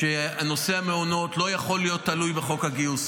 שנושא המעונות לא יכול להיות תלוי בחוק הגיוס.